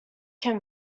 can